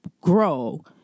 grow